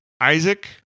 Isaac